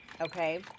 okay